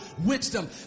wisdom